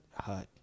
hut